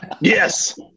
Yes